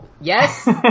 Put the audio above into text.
yes